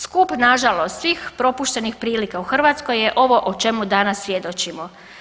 Skup na žalost svih propuštenih prilika u Hrvatskoj je ovo o čemu danas svjedočimo.